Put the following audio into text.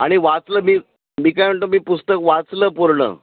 आणि वाचलं मी बी काय म्हणतो मी पुस्तक वाचलं पूर्ण